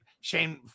Shane